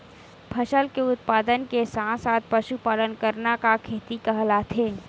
फसल के उत्पादन के साथ साथ पशुपालन करना का खेती कहलाथे?